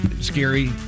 Scary